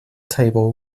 table